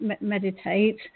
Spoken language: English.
meditate